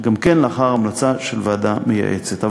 גם כן לאחר המלצה של ועדה מייעצת.